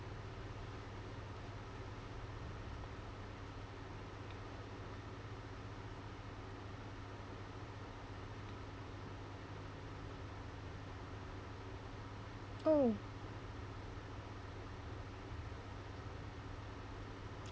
oh